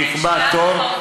לקבוע תור.